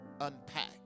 unpack